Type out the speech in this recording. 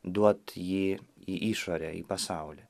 duot jį į išorę į pasaulį